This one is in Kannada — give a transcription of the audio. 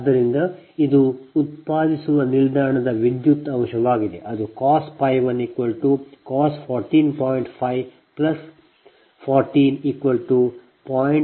ಆದ್ದರಿಂದ ಇದು ಉತ್ಪಾದಿಸುವ ನಿಲ್ದಾಣದ ವಿದ್ಯುತ್ ಅಂಶವಾಗಿದೆ ಅದು cos 1 cos 14